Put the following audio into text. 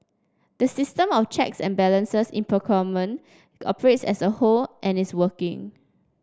the system of checks and balances in procurement operates as a whole and is working